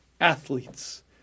athletes